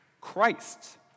Christ